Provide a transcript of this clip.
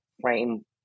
frame